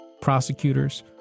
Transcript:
prosecutors